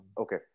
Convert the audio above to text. Okay